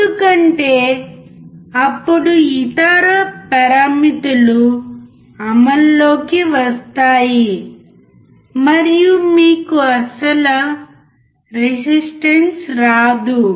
ఎందుకంటే అప్పుడు ఇతర పారామితులు అమల్లోకి వస్తాయి మరియు మీకు అసలు రెసిస్టెన్స్ రాదు